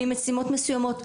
ממשימות מסוימות,